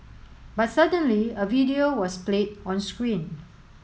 but suddenly a video was played on screen